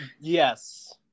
yes